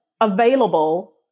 available